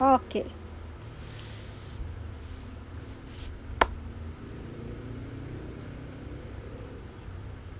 okay